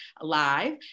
live